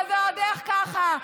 זה ועוד איך ככה.